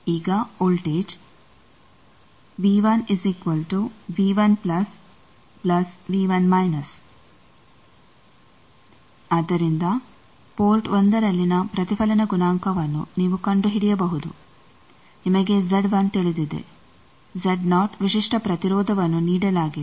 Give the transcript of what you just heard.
ಈಗ ವೋಲ್ಟೇಜ್ ಆದ್ದರಿಂದ ಪೋರ್ಟ್ 1 ರಲ್ಲಿನ ಪ್ರತಿಫಲನ ಗುಣಾಂಕವನ್ನು ನೀವು ಕಂಡುಹಿಡಿಯಬಹುದು ನಿಮಗೆ ತಿಳಿದಿದೆ ವಿಶಿಷ್ಟ ಪ್ರತಿರೋಧವನ್ನು ನೀಡಲಾಗಿದೆ